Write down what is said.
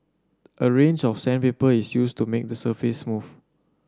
a range of sandpaper is used to make the surface smooth